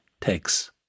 takes